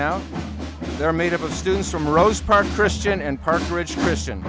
now they're made up of students from rose park christian and park ridge christian